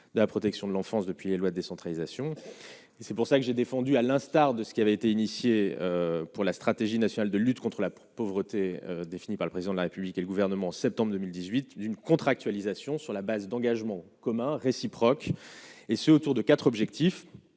La protection de l'enfance, depuis les lois de décentralisation, et c'est pour ça que j'ai défendu à l'instar de ce qui avait été initiée pour la stratégie nationale de lutte contre la pauvreté, définie par le président de la République et le gouvernement en septembre 2018 d'une contractualisation sur la base d'engagements communs réciproque. Et c'est autour de 4 objectifs